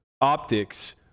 optics